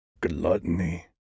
Gluttony